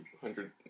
hundred